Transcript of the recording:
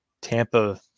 Tampa